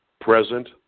present